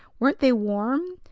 weren't they warm,